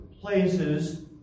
places